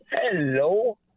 Hello